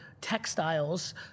textiles